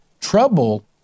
trouble